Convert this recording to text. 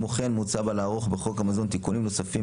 כמו כן מוצע לערוך בחוק המזון תיקונים נוספים,